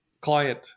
client